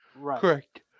Correct